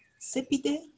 Sepide